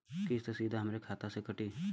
किस्त सीधा हमरे खाता से कटी?